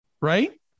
right